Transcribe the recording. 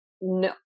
no